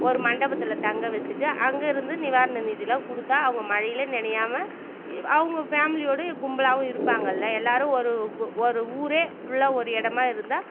ஒரு மண்டபத்தில் தங்க வச்சுட்டு அங்கேருந்து நிவாரண நிதியெலாம் கொடுத்தா அவங்க மழையில் நனையாம அவங்க ஃபேம்லியோடு கும்பலாகவும் இருப்பாங்கல்லை எல்லோரும் ஒரு கு ஒரு ஊரே ஃபுல்லாக ஒரு இடமா இருந்தால்